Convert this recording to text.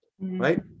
right